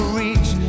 reach